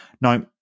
Now